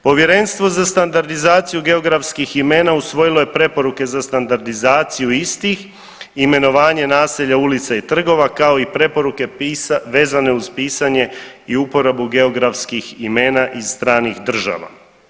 Povjerenstvo za standardizaciju geografskih imena usvojilo je preporuke za standardizaciju istih, imenovanje naselja, ulica i trgova, kao i preporuke vezane uz pisanje i uporabu geografskih imena iz stranih država.